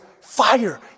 fire